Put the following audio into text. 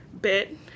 bit